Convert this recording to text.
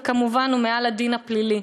וכמובן הוא מעל הדין הפלילי.